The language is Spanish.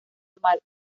normal